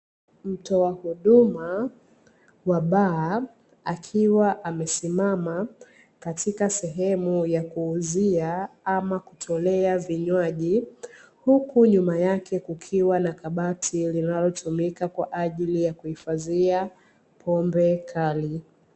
Mtoa huduma wa baa akiwa amesimama katika sehemu ya kuuzia ama kutolea vinywaji, huku nyuma yake kukiwa na kabati linalotumika kwa ajili ya kuhifadhia pombe kali.